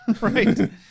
right